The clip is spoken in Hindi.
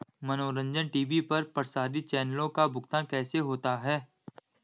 मनोरंजन टी.वी पर प्रसारित चैनलों का भुगतान कैसे होता है?